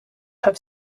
have